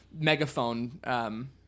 megaphone